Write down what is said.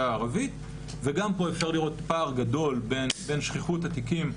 הערבית וגם פה אפשר לראות פער גדול בין שכיחות התיקים.